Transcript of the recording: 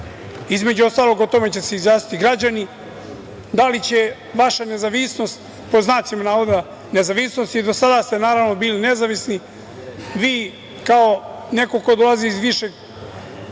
Između ostalog, o tome će se izjasniti građani, da li će vaša pod znacima navoda nezavisnost, i do sada ste naravno bili nezavisni, vi kao neko ko dolazi iz visokog